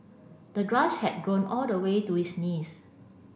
the grass had grown all the way to his knees